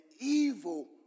evil